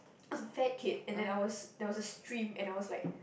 a fat kid and then ours there was a stream you know it's like